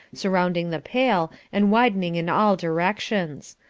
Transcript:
surrounding the pail and widening in all directions,